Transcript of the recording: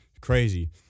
crazy